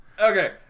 Okay